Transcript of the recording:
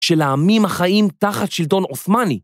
של העמים החיים תחת שלטון עותמני.